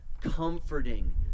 comforting